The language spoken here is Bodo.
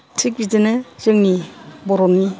थिग बिदिनो जोंनि बर'नि